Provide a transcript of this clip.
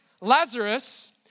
Lazarus